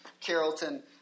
Carrollton